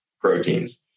proteins